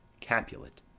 Capulet